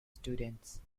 students